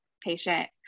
patient